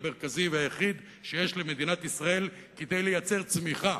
הרציני והיחיד שיש למדינת ישראל כדי לייצר צמיחה,